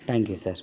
thank you sir